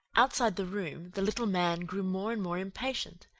outside the room, the little man grew more and more impatient,